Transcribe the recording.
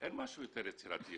אין משהו יותר יצירתי.